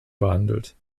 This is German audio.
behandelt